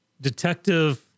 detective